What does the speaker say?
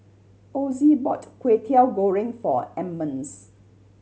Ozie bought Kwetiau Goreng for Emmons